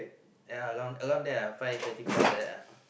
ya around around there ah five thirty plus like that ah